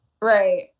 right